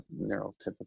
neurotypical